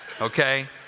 okay